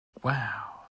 wow